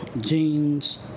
jeans